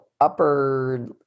upper